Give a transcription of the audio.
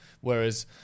whereas